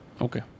Okay